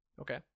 okay